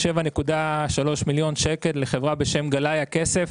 7.3 מיליון שקלים לחברה בשם גלאי הכסף.